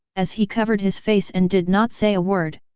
as he covered his face and did not say a word.